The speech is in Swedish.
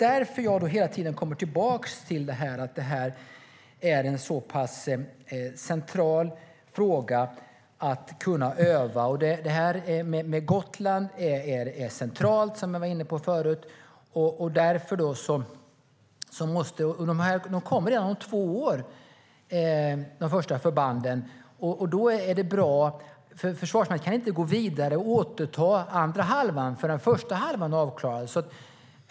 Därför kommer jag hela tiden tillbaka till att det är en central fråga att kunna öva. Gotland är centralt, som jag var inne på förut. De första förbanden kommer redan om två år. Försvarsmakten kan inte gå vidare och återta andra halvan förrän den första halvan är avklarad.